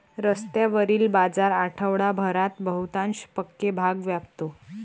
रस्त्यावरील बाजार आठवडाभरात बहुतांश पक्के भाग व्यापतो